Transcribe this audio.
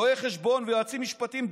רואי חשבון ויועצים משפטיים,